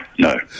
No